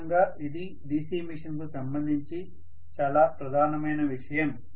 సాధారణంగా ఇది DC machine కు సంబంధించి చాలా ప్రధానమైన విషయం